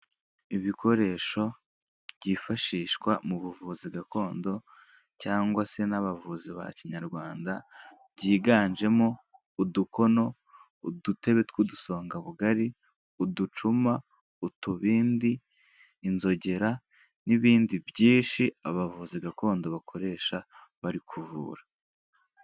Ibikoresho byifashishwa mu buvuzi gakondo cyangwa se n'abavuzi ba kinyarwanda, byiganjemo udukono, udutebe tw'udusongabugari, uducuma, utubindi, inzogera n'ibindi byinshi abavuzi gakondo bakoresha bari kuvura.